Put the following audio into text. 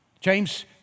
James